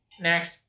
next